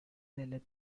delle